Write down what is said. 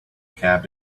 cab